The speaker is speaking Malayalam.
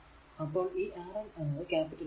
അപ്പോൾ ഈ R n എന്നത് ക്യാപിറ്റൽ ആക്കുക